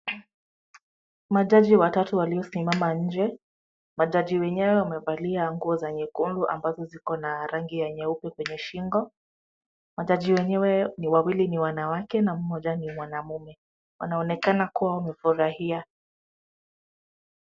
Majaji watatu waliosimama nje. Majaji wenyewe wamevalia nguo za nyekundu ambazo ziko na rangi ya nyeupe kwenye shingo. Majaji wenyewe ni wawili ni wanawake na mmoja ni mwanamume. Wanaonekana kuwa wamefurahia.